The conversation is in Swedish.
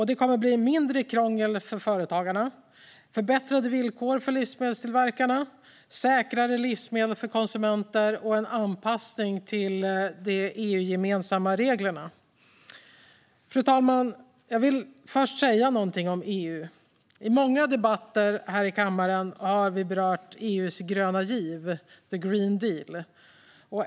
Det kommer att bli mindre krångel för företagarna, förbättrade villkor för livsmedelstillverkarna, säkrare livsmedel för konsumenter och en anpassning till de EU-gemensamma reglerna. Fru talman! Jag vill först säga någonting om EU. I många debatter här i kammaren har vi berört EU:s gröna giv, the Green Deal.